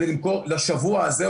לשבוע הזה,